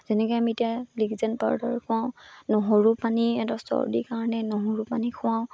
যেনেকৈ আমি এতিয়া লিকজেন পাউদাৰ খুৱাওঁ নহৰু পানী সিহঁতৰ চৰ্দিৰ কাৰণে নহৰু পানী খুৱাওঁ